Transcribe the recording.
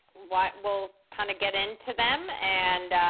like we'll kinda get into them. and